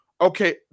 okay